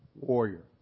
warrior